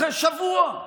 אחרי שבוע,